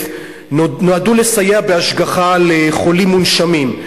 נועדו לסייע בהשגחה על חולים מונשמים.